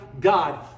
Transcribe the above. God